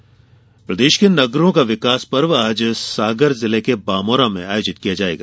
विकास पर्व प्रदेश के नगरों का विकास पर्व आज सागर जिले के बामोरा में आयोजित किया जायेगा